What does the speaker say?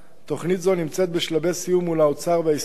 תוכנית זו נמצאת בשלבי סיום מול האוצר וההסתדרות,